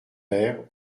pères